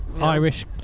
Irish